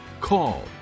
call